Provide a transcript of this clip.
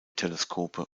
teleskope